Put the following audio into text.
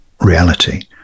reality